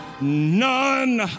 None